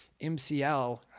MCL